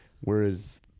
whereas